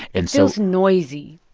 and feels noisy,